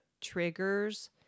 triggers